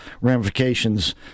ramifications